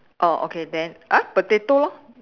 orh okay then uh potato